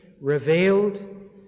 revealed